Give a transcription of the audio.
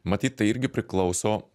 matyt tai irgi priklauso